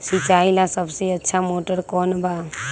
सिंचाई ला सबसे अच्छा मोटर कौन बा?